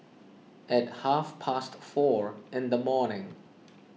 at half past four in the morning